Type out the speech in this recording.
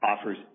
offers